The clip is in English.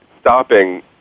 stopping